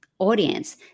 audience